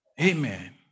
amen